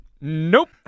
Nope